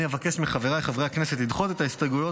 אני אבקש מחבריי חברי הכנסת לדחות את ההסתייגויות